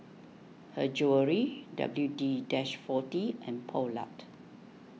Her Jewellery W D Dis forty and Poulet